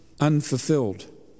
unfulfilled